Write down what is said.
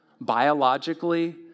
biologically